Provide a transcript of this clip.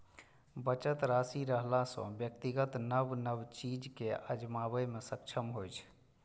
बचत राशि रहला सं व्यक्ति नव नव चीज कें आजमाबै मे सक्षम होइ छै